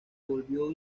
volvió